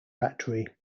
factory